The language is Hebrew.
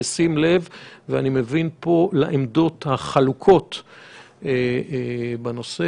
בשים לב לעמדות החלוקות בנושא.